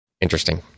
Interesting